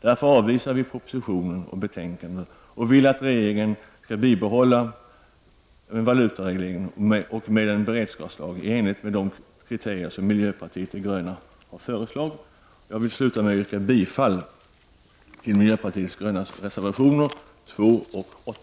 Därför avvisar vi propositionen och betänkandet och vill att regeringen kommer tillbaka med ett förslag om en bibehållen valutareglering och en beredskapslag i enlighet med de kriterier som vi i miljöpartiet de gröna har föreslagit. Avslutningsvis yrkar jag bifall till miljöpartiet de grönas reservationer 2 och 8.